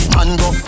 Mango